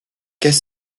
qu’est